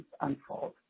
unfold